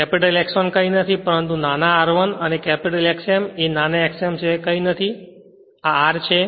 capital X 1 કંઈ નથી પરંતુ નાના r 1 અને કેપિટલ X m એ નાના xm સિવાય કંઈ નથી અને આ r છે